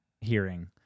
hearing